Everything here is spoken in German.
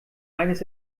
eines